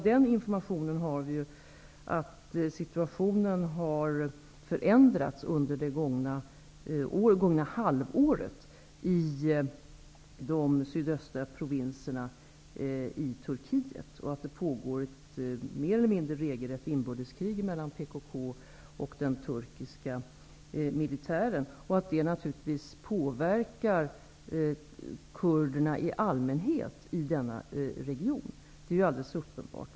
Den informationen har vi att situationen i de sydöstra provinserna i Turkiet har förändrats under det gångna halvåret. Det pågår där ett mer eller mindre regelrätt inbördeskrig mellan PKK och den turkiska militären, och det är alldeles uppenbart att det naturligtvis påverkar kurderna i denna region.